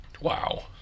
wow